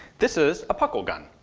this is a puckle gun.